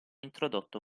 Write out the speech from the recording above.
introdotto